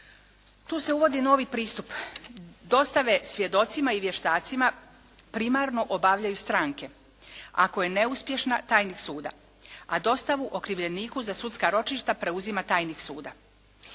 Tu se uvodi novi pristup dostave svjedocima i vještacima primarno obavljaju stranke ako je neuspješna tajnik suda a dostavu okrivljeniku za sudska ročišta preuzima tajnik suda.